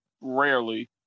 rarely